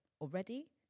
Already